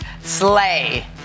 Slay